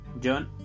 John